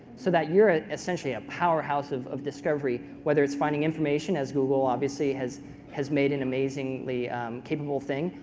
so that your essentially a powerhouse of of discovery, whether it's finding information as google obviously has has made an amazingly capable thing,